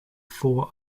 four